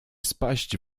spaść